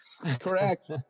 correct